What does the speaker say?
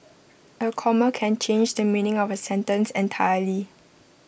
A comma can change the meaning of A sentence entirely